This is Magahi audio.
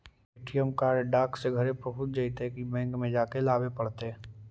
ए.टी.एम कार्ड डाक से घरे पहुँच जईतै कि बैंक में जाके लाबे पड़तै?